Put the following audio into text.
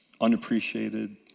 unappreciated